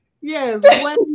yes